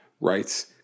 writes